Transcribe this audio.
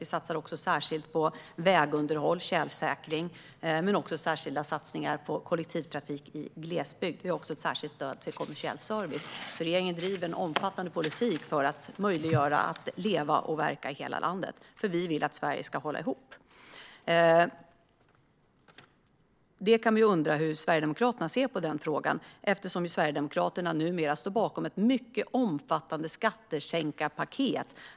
Vi satsar på vägunderhåll och tjälsäkring och gör även särskilda satsningar på kollektivtrafik i glesbygd. Utöver detta har vi ett särskilt stöd till kommersiell service. Regeringen driver en omfattande politik för att göra det möjligt att leva och verka i hela landet, för vi vill att Sverige ska hålla ihop. Man kan undra hur Sverigedemokraterna ser på den frågan, eftersom Sverigedemokraterna numera står bakom ett mycket omfattande skattesänkarpaket.